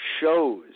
shows